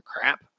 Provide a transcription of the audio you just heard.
crap